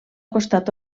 costat